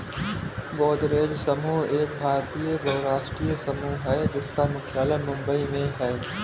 गोदरेज समूह एक भारतीय बहुराष्ट्रीय समूह है जिसका मुख्यालय मुंबई में है